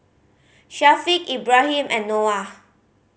Syafiq Ibrahim and Noah